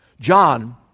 John